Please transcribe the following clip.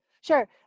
sure